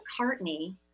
McCartney